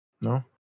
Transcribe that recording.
No